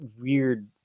weird